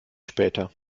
später